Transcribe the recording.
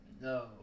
No